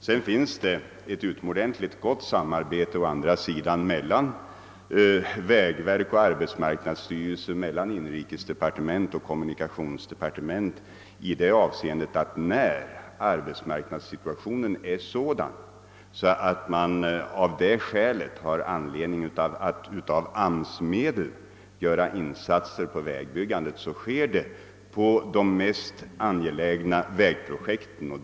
Det finns ett utomordentligt gott samarbete mellan vägverket och arbetsmarknadsstyrelsen samt mellan inrikesdepartementet och kommunikationsdepartementet på det sättet att när arbetsmarknadssituationen är sådan att man har anledning att ta AMS-medel i anspråk för vägbyggandet, görs dessa insatser på de mest angelägna vägprojekten.